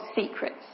secrets